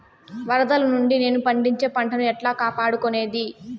వరదలు నుండి నేను పండించే పంట ను ఎట్లా కాపాడుకునేది?